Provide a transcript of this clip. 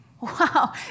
Wow